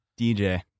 DJ